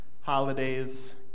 holidays